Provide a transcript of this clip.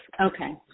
okay